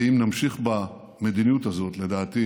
ואם נמשיך במדיניות הזאת, לדעתי